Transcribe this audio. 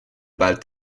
bald